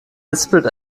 lispelt